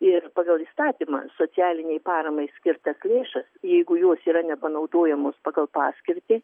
ir pagal įstatymą socialinei paramai skirtas lėšas jeigu jos yra nepanaudojamos pagal paskirtį